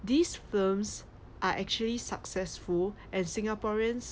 these films are actually successful and singaporeans